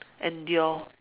endure